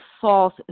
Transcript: false